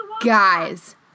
Guys